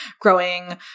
growing